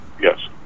Yes